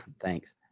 thanks